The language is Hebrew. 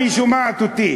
אם היא שומעת אותי,